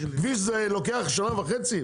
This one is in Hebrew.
כביש לוקח שנה וחצי?